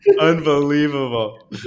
unbelievable